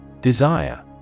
Desire